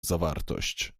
zawartość